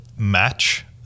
match